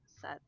Set